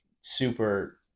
super